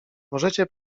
możecie